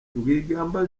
rwigamba